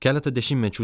keletą dešimtmečių